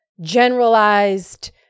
generalized